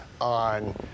on